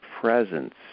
presence